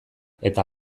eta